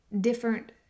different